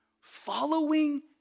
Following